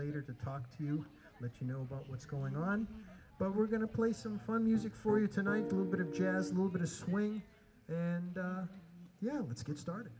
later to talk to you let you know about what's going on but we're going to play some fun music for you tonight a little bit of jazz movement a swing and yeah let's get started